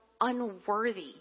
unworthy